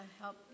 help